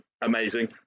amazing